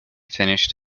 finished